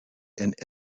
and